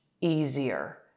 easier